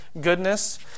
goodness